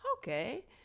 Okay